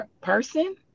person